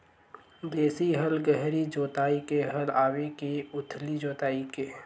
देशी हल गहरी जोताई के हल आवे के उथली जोताई के?